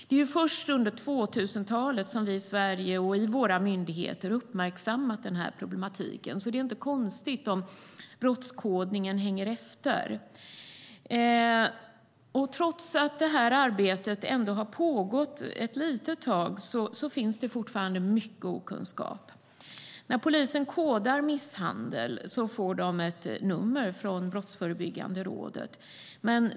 Det är först under 2000-talet som denna problematik uppmärksammats i Sverige och av våra myndigheter. Det är därför inte konstigt att brottskodningen hänger efter. Nu har dock arbetet pågått ett tag, men det finns fortfarande mycket okunskap. När polisen kodar misshandel så får de ett nummer från Brottsförebyggande rådet.